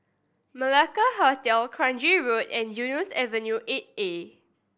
Malacca Hotel Kranji Road and Eunos Avenue Eight A